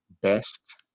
best